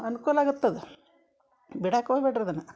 ಅನುಕೂಲ ಆಗತ್ತೆ ಅದು ಬಿಡಕ್ಕ ಹೋಗ್ಬೇಡ್ರಿ ಅದನ್ನು